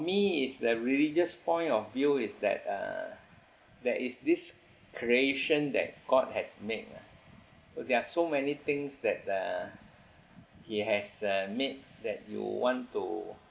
me is the religious point of view is that uh that is this creation that god has made lah so there are so many things that uh he has uh made that you want to